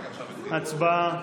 הצבעה.